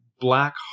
black